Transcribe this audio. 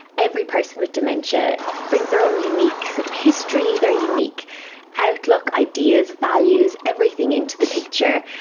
every person with dementia brings their own unique sort of history, their unique outlook, ideas, values, everything into the picture.